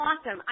Awesome